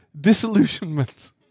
disillusionment